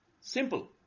Simple